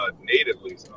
natively